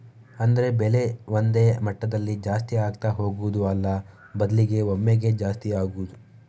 ಅಂದ್ರೆ ಬೆಲೆ ಒಂದೇ ಮಟ್ಟದಲ್ಲಿ ಜಾಸ್ತಿ ಆಗ್ತಾ ಹೋಗುದು ಅಲ್ಲ ಬದ್ಲಿಗೆ ಒಮ್ಮೆಗೇ ಜಾಸ್ತಿ ಆಗುದು